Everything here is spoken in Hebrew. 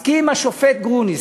הסכים השופט גרוניס,